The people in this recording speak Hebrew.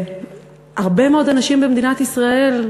והרבה מאוד אנשים במדינת ישראל,